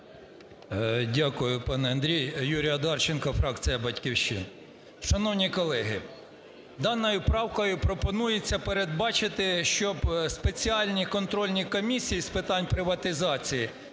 Дякую, пане Андрій. ЮрійОдарченко, фракція "Батьківщина". Шановні колеги, даною правкою пропонується передбачити, щоби спеціальні контрольні комісії з питань приватизації,